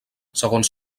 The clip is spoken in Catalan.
segons